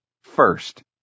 first